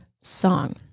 song